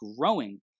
growing